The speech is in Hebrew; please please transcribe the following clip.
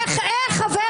(חבר הכנסת ולדימיר בליאק יוצא מאולם הוועדה) איך חבר